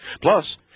Plus